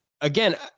again